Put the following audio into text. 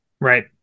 Right